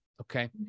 okay